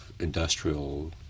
industrial